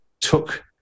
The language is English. took